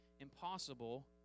impossible